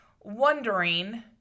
wondering